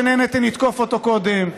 שנהניתם לתקוף אותו קודם,